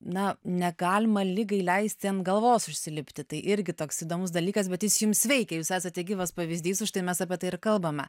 na negalima ligai leisti ant galvos užsilipti tai irgi toks įdomus dalykas bet jis jums veikia jūs esate gyvas pavyzdys už tai mes apie tai ir kalbame